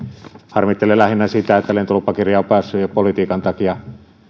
harmittelen lähinnä sitä että lentolupakirja on päässyt politiikan takia jo